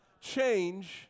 change